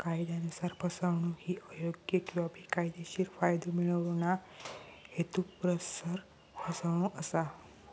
कायदयानुसार, फसवणूक ही अयोग्य किंवा बेकायदेशीर फायदो मिळवणा, हेतुपुरस्सर फसवणूक असा